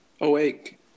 awake